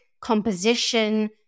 composition